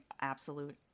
absolute